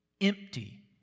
empty